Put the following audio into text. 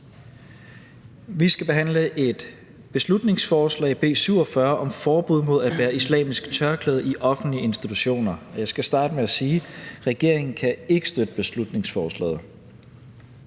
Vi skal behandle et beslutningsforslag, B 47, om forbud mod at bære islamisk tørklæde i offentlige institutioner. Jeg skal starte med at sige, at regeringen ikke kan støtte beslutningsforslaget.